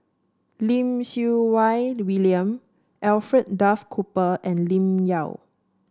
Lim Siew Wai William Alfred Duff Cooper and Lim Yau